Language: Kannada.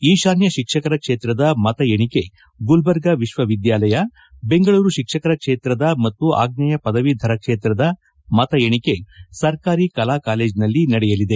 ಈಶಾನ್ಯ ಶಿಕ್ಷಕರ ಕ್ಷೇತ್ರದ ಮತ ಎಣಿಕೆ ಗುಲ್ಬರ್ಗಾ ವಿಶ್ವವಿದ್ಯಾಲಯ ಬೆಂಗಳೂರು ಶಿಕ್ಷಕರ ಕ್ಷೇತ್ರದ ಮತ್ತು ಆಗ್ನೇಯ ಪದವೀಧರ ಕ್ಷೇತ್ರದ ಮತ ಎಣಿಕೆ ಸರ್ಕಾರಿ ಕಲಾ ಕಾಲೇಜನಲ್ಲಿ ನಡೆಯಲಿದೆ